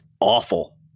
awful